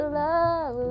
love